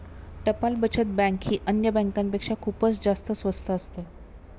टपाल बचत बँक ही अन्य बँकांपेक्षा खूपच जास्त स्वस्त असते